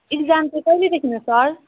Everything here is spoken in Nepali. इक्जाम चाहिँ कहिलेदेखिन् हो सर